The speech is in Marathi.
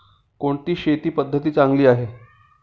कोणती शेती पद्धती चांगली आहे?